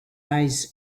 eyes